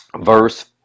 verse